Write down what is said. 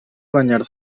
banyar